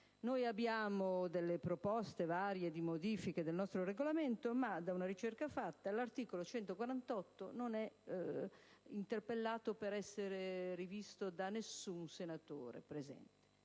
Noi abbiamo varie proposte di modifica del nostro Regolamento ma, da una ricerca fatta, risulta che l'articolo 148 non è interpellato per essere rivisto da nessun senatore presente.